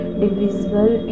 divisible